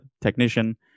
technician